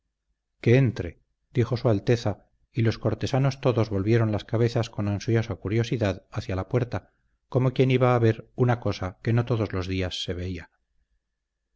que entre dijo su alteza y los cortesanos todos volvieron las cabezas con ansiosa curiosidad hacia la puerta como quien iba a ver una cosa que no todos los días se veía